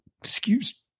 excuse